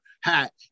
hat